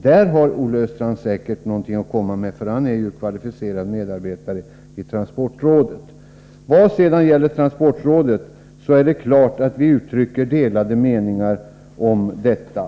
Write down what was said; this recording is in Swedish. Där har Olle Östrand säkert något att komma med, eftersom han ju är kvalificerad medarbetare i transportrådet. Det är klart att vi uttrycker delade meningar då det gäller transportrådet.